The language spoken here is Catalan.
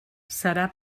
serà